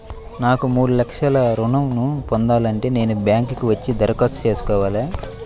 నాకు మూడు లక్షలు ఋణం ను పొందాలంటే నేను బ్యాంక్కి వచ్చి దరఖాస్తు చేసుకోవాలా?